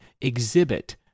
exhibit